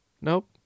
nope